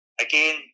Again